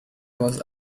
was